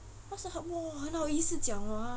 很好意思讲哦他